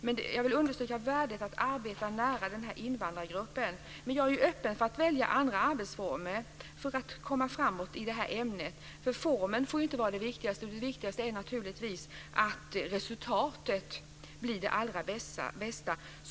Men jag vill understryka värdet av att arbeta nära den här invandrargruppen. Men jag är öppen för att välja andra arbetsformer för att komma framåt i det här ämnet, för formen får inte vara det viktigaste, utan det viktigaste är naturligtvis att resultatet blir det allra bästa.